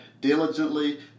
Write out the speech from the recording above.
diligently